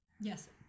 Yes